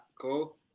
cool